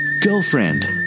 girlfriend